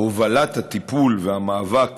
הובלת הטיפול והמאבק